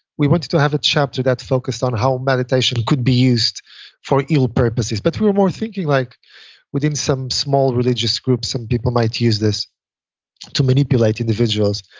we wanted to have a chapter that focused on how meditation could be used for ill purposes. but we were more thinking like within some small religious groups some people might use this to manipulate individuals.